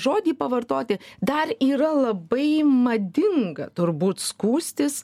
žodį pavartoti dar yra labai madinga turbūt skųstis